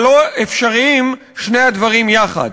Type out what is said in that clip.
אבל לא אפשריים שני הדברים יחד.